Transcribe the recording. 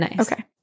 Okay